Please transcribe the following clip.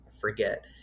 forget